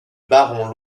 barons